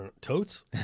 Totes